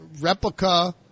replica